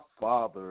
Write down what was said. father